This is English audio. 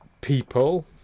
people